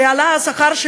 שכן עלה השכר,